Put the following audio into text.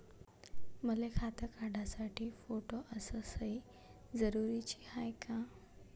मले खातं काढासाठी फोटो अस सयी जरुरीची हाय का?